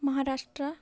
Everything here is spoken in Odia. ମହାରାଷ୍ଟ୍ର